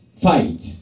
fight